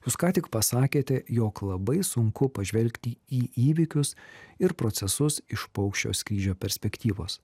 jūs ką tik pasakėte jog labai sunku pažvelgti į įvykius ir procesus iš paukščio skrydžio perspektyvos